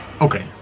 Okay